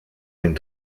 den